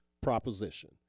proposition